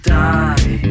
die